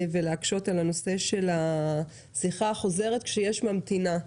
ולהקשות על הנושא של השיחה החוזרת כשיש ממתינה.